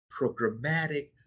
programmatic